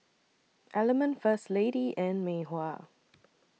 Element First Lady and Mei Hua